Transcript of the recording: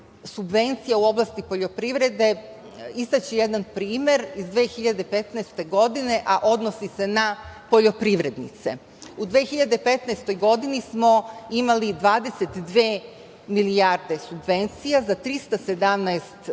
subvencija u oblasti poljoprivrede istaći jedan primer iz 2015. godine, a odnosi se na poljoprivrednice.U 2015. godini smo imali 22 milijarde subvencija za 317 gazdinstava,